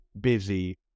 busy